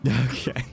Okay